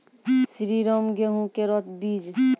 श्रीराम गेहूँ केरो बीज?